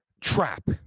trap